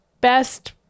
best